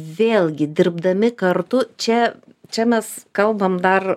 vėlgi dirbdami kartu čia čia mes kalbam dar